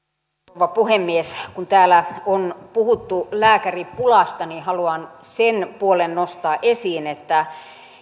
rouva puhemies kun täällä on puhuttu lääkäripulasta niin haluan sen puolen nostaa esiin että